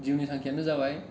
जिउनि थांखियानो जाबाय